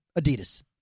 Adidas